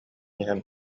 иһэн